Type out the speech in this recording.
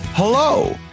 Hello